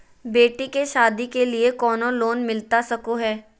बेटी के सादी के लिए कोनो लोन मिलता सको है?